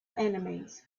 enemies